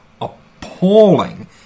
appalling